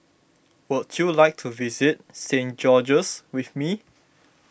would you like to visit Saint George's with me